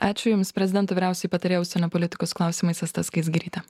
ačiū jums prezidento vyriausioji patarėja užsienio politikos klausimais asta skaisgirytė